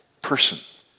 Person